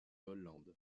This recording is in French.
hollande